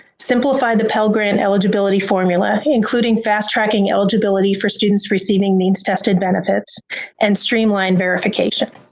simplify the pell grant eligibility formula, including fast-tracking eligibility for students receiving means-tested benefits and streamlined verification.